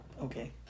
okay